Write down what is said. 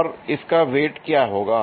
और इसका वेट क्या होगा